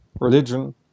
religion